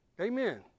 Amen